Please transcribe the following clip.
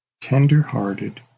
tender-hearted